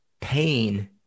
pain